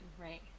right